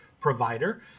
provider